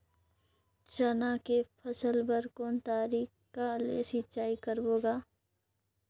चना के फसल बर कोन तरीका ले सिंचाई करबो गा?